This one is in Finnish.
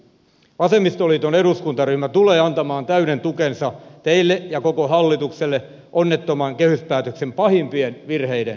vasemmistoliiton eduskuntaryhmä tulee antamaan täyden tukensa teille ja koko hallitukselle onnettoman kehyspäätöksen pahimpien virheiden korjaamiseksi